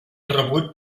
rebut